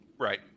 Right